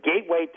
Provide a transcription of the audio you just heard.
gateway